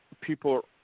people